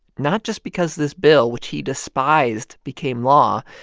not just because this bill, which he despised, became law,